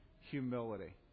humility